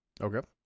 Okay